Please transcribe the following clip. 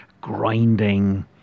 grinding